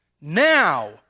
Now